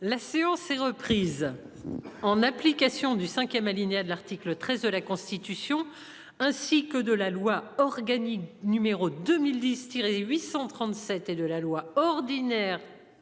La séance est reprise. En application du 5ème alinéa de l'article 13 de la Constitution ainsi que de la loi organique numéro 2010 tirer 837 et de la loi ordinaire